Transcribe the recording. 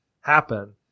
happen